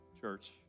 Church